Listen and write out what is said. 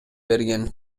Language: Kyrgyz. берген